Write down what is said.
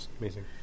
amazing